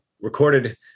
recorded